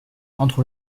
entre